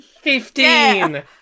Fifteen